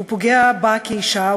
הוא פוגע בה כאישה,